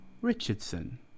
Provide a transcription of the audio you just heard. Richardson